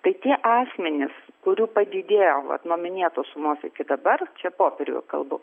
tai tie asmenys kurių padidėjo va nuo minėtos sumos iki dabar čia popieriuje kalbu